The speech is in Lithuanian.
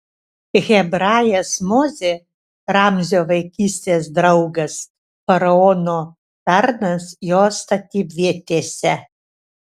hebrajas mozė ramzio vaikystės draugas faraono tarnas jo statybvietėse